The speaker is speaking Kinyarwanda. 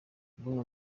bruno